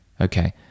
Okay